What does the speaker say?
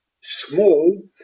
small